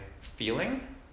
feeling